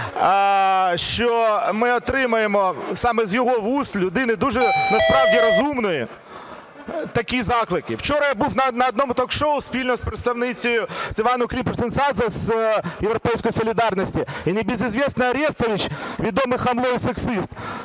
що ми отримаємо саме з його вуст, людини дуже насправді розумної, такі заклики. Вчора я був на одному ток-шоу спільно з представницею, з Іванною Климпуш-Цинцадзе, "Європейської солідарності" і не безызвестный Арестович, відоме хамло і сексист,